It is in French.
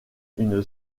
une